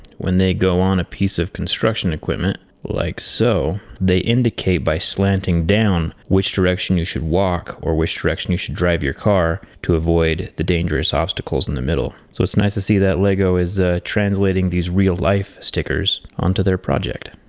when they go on a piece of construction equipment like so, they indicate by slanting down which direction you should walk or which direction you should drive your car to avoid the dangerous obstacles in the middle. so it's nice to see that lego is translating these real life stickers onto their project.